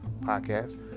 podcast